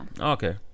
Okay